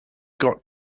got